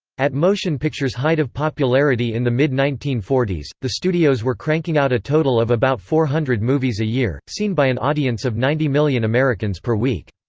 at motion pictures' height of popularity in the mid nineteen forty s, the studios were cranking out a total of about four hundred movies a year, seen by an audience of ninety million americans per week.